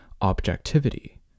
objectivity